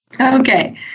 Okay